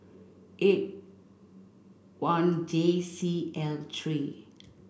eight one J C L three